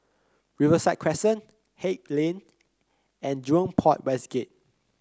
Riverside Crescent Haig Lane and Jurong Port West Gate